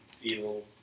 feel